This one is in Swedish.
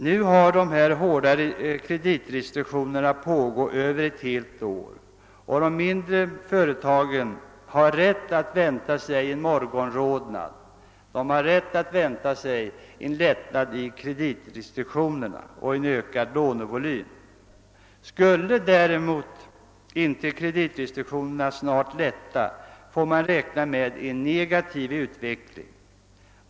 Nu har vi haft de hårda kreditrestriktionerna mer än ett helt år, och de mindre företagen har rätt att vänta sig en morgonrodnad — de har rätt att vänta sig en lättnad i kreditrestriktionerna och en ökad lånevolym. Skulle kreditrestriktionerna inte snart lätta får man räkna med en negativ utveckling.